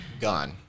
gone